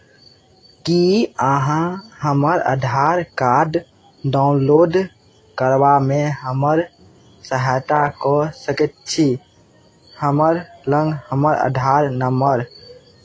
की अहाँ हमर Aadhaar card download करबामे हमर सहायता कऽ सकैत छी हमर लग हमर आधार नम्बर